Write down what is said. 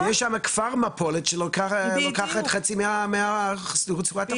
יש שם כבר מפולת שלוקחת חצי מרצועת החוף.